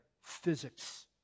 physics